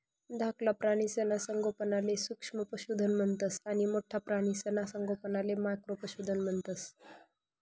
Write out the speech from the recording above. धाकला प्राणीसना संगोपनले सूक्ष्म पशुधन म्हणतंस आणि मोठ्ठा प्राणीसना संगोपनले मॅक्रो पशुधन म्हणतंस